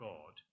God